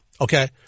okay